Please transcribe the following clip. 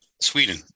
Sweden